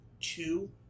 Two